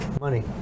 money